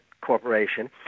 corporation